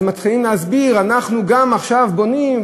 אז מתחילים להסביר: אנחנו גם עכשיו בונים,